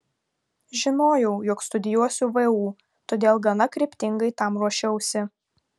žinojau jog studijuosiu vu todėl gana kryptingai tam ruošiausi